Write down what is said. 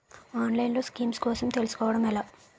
ఆన్లైన్లో స్కీమ్స్ కోసం తెలుసుకోవడం ఎలా?